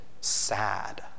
sad